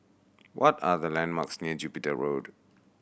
what are the landmarks near Jupiter Road